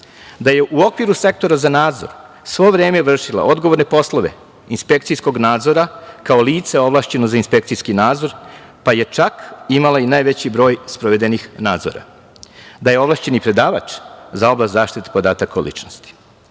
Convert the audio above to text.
Da je u okviru Sektora za nadzor svo vreme vršila odgovorne poslove inspekcijskog nadzora, kao lice ovlašćeno za inspekcijski nadzor, pa je čak imala i najveći broj sprovedenih nadzora. Da je ovlašćeni predavač za oblast zaštite podataka o ličnosti.